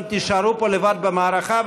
אתם תישארו פה לבד במערכה,